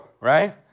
Right